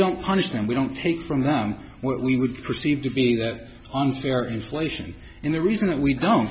don't punish them we don't take from them what we would perceive to be that unfair inflation and the reason that we don't